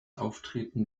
auftreten